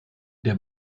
der